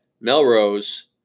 Melrose